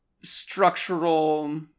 structural